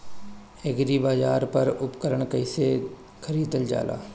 एग्रीबाजार पर उपकरण कइसे खरीदल जाला?